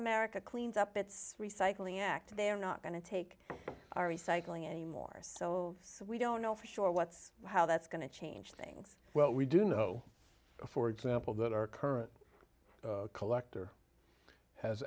america cleans up its recycling act they're not going to take our recycling anymore so we don't know for sure what's how that's going to change things well we do know for example that our current collector has